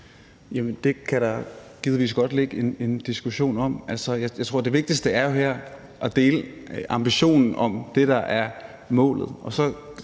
Det kan der givetvis godt ligge en diskussion om. Jeg tror, det vigtigste her er at dele ambitionen om det, der er målet,